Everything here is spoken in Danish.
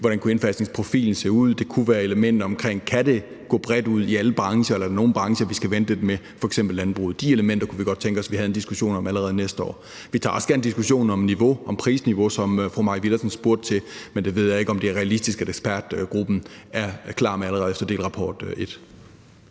hvordan indfasningsprofilen kunne se ud. Det kunne være elementer, der handler om, om det kan gå ud i alle brancher, eller om der er nogle brancher, vi skal vente lidt med, f.eks. landbruget. De elementer kunne vi godt tænke os at man havde en diskussion om allerede næste år. Vi tager også gerne diskussionen om prisniveau, som fru Maj Villadsen spurgte til, men det ved jeg ikke om er realistisk at ekspertgruppen er klar med allerede efter delrapport et.